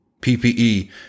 PPE